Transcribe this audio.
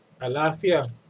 alafia